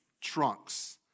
trunks